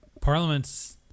Parliament's